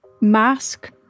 mask